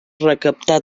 recaptar